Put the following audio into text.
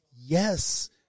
yes